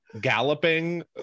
galloping